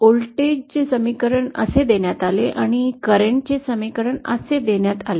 voltage समीकरण असे देण्यात आले आणि करेंट चे समीकरण असे देण्यात आले